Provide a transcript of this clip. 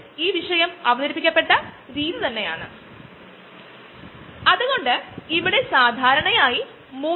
അതുപോലെ ഇതാണ് എത്തനോളിൽ നിന്നും ഉണ്ടാകുന്ന കോൺ ഇതാണ് എത്തനോളിന്റെ സാധരണ ഉത്പാദനം